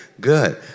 Good